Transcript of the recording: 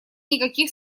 никаких